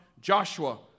Joshua